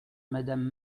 madame